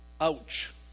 Ouch